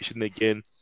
again